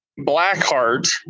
blackheart